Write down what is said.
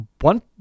one